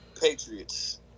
Patriots